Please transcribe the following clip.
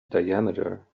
diameter